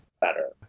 better